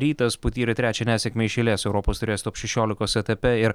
rytas patyrė trečią nesėkmę iš eilės europos taurės top šešiolikos etape ir